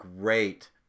great